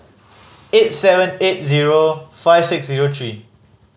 eight seven eight zero five six zero three